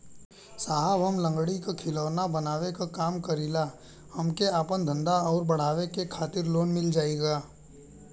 साहब हम लंगड़ी क खिलौना बनावे क काम करी ला हमके आपन धंधा अउर बढ़ावे के खातिर लोन मिल जाई का?